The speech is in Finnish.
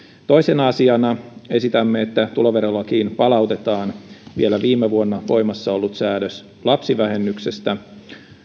toisena asiana esitämme että tuloverolakiin palautetaan vielä viime vuonna voimassa ollut säädös lapsivähennyksestä